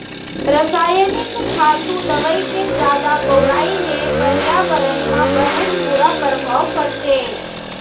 रसायनिक खातू, दवई के जादा बउराई ले परयाबरन म बनेच बुरा परभाव परथे